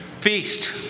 feast